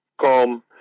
calm